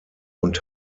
und